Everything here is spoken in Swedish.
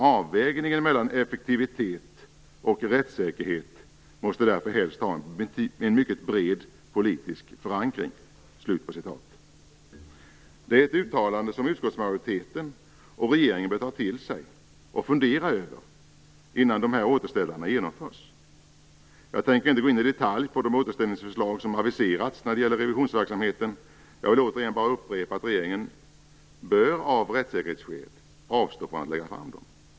Avvägningen mellan effektivitet och rättssäkerhet måste därför helst ha en mycket bred politisk förankring." Det är ett uttalande som utskottsmajoriteten och regeringen bör ta till sig och fundera över innan återställarna genomförs. Jag tänker inte gå in i detalj på de återställarförslag som aviserats när det gäller revisionsverksamheten. Jag vill bara upprepa att regeringen bör av rättssäkerhetsskäl avstå från att lägga fram dem.